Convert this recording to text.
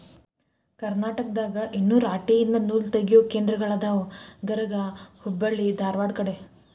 ಕರ್ನಾಟಕದಾಗ ಇನ್ನು ರಾಟಿ ಯಿಂದ ನೂಲತಗಿಯು ಕೇಂದ್ರಗಳ ಅದಾವ ಗರಗಾ ಹೆಬ್ಬಳ್ಳಿ ಧಾರವಾಡ ಕಡೆ